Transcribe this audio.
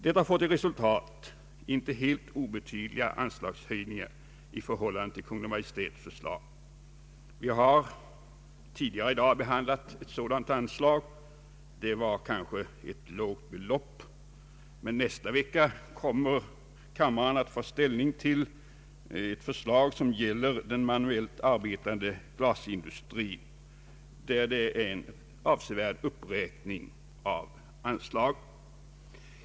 Detta får till resultat inte helt obetydliga anslagshöjningar i förhållande till Kungl. Maj:ts förslag. Vi har tidigare i dag behandlat ett sådant anslag. Det rörde sig kanske om ett lågt belopp, men nästa vecka kommer kammarens ledamöter att få ta ställning till förslag som gäller den manuellt arbetande glasindustrin. I det förslaget görs en avsevärd uppräkning av anslagen.